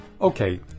Okay